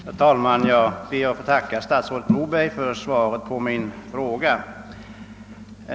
Herr talman! Jag ber att få tacka statsrådet Moberg för svaret på: min fråga.